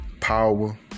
power